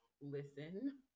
listen